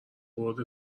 برد